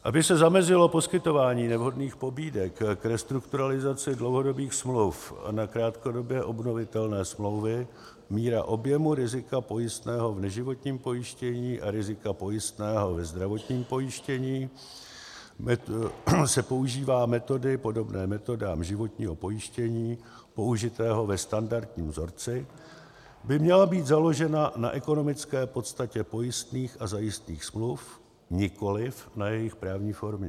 Aby se zamezilo poskytování nevhodných pobídek k restrukturalizaci dlouhodobých smluv na krátkodobě obnovitelné smlouvy, míra objemu rizika pojistného v neživotním pojištění a rizika pojistného ve zdravotním pojištění, se používá metody podobné metodám životního pojištění použitého ve standardním vzorci, by měla být založena na ekonomické podstatě pojistných a zajistných smluv, nikoliv na jejich právní formě.